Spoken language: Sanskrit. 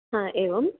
आम् एवम्